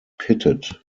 pitted